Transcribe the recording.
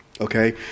Okay